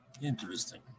Interesting